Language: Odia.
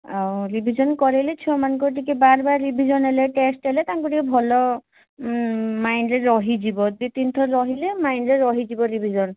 ଆଉ ରିଭିଜନ୍ କରେଇଲେ ଛୁଆମାନଙ୍କର ଟିକିଏ ବାରବାର ରିଭିଜନ୍ ହେଲେ ଟେଷ୍ଟ୍ ହେଲେ ତାଙ୍କୁ ଟିକିଏ ଭଲ ମାଇଣ୍ଡରେ ରହିଯିବ ଦିତିନଥର ରହିଲେ ମାଇଣ୍ଡରେ ରହିଯିବ ରିଭିଜନ୍